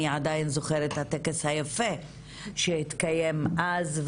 אני עדיין זוכרת את הטקס היפה שהתקיים אז,